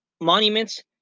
monuments